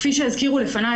כפי שהזכירו לפני,